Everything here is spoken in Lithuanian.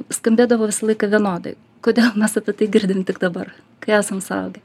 skambėdavo visą laiką vienodai kodėl mes apie tai girdim tik dabar kai esam suaugę